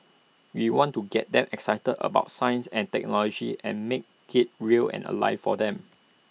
we want to get them excited about science and technology and make IT real and alive for them